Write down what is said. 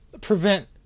prevent